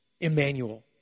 Emmanuel